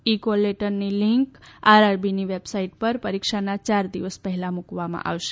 ઈ call લેટરની link આરઆરબીની website પર પરીક્ષાના ચાર દિવસ પહેલા મૂકવામાં આવશે